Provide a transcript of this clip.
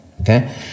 okay